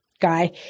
guy